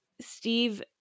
Steve